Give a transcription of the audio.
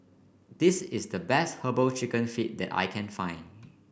this is the best herbal chicken feet that I can find